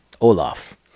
Olaf